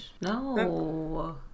No